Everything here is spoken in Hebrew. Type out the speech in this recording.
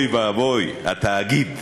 אוי ואבוי, התאגיד.